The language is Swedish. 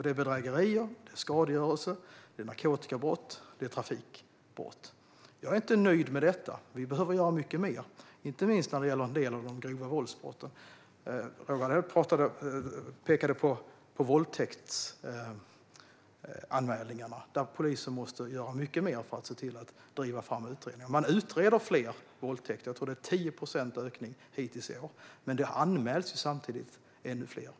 Det är bedrägerier, skadegörelse, narkotikabrott och trafikbrott. Jag är inte nöjd med detta. Vi behöver göra mycket mer, inte minst när det gäller en del av de grova våldsbrotten. Roger Haddad pekade på våldtäktsanmälningarna, där polisen måste göra mycket mer för att driva fram utredningar. Man utreder fler våldtäkter. Jag tror att det är 10 procents ökning hittills i år, men det anmäls samtidigt ännu fler.